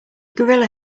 gorilla